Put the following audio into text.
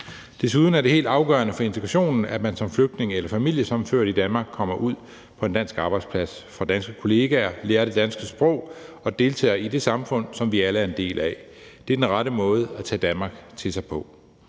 Desuden er det helt afgørende for integrationen, at man som flygtning eller familiesammenført i Danmark kommer ud på en dansk arbejdsplads, får danske kollegaer, lærer det danske sprog og deltager i det samfund, som vi alle er en del af. Det er den rette måde at tage Danmark til sig på.